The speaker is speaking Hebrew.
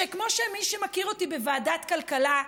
שמי שמכיר אותי בוועדת הכלכלה,